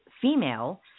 female